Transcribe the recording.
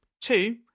Two